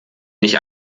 nicht